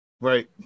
Right